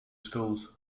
schools